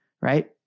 right